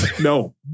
No